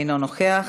אינו נוכח,